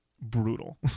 brutal